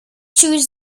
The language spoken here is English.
choose